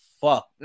fuck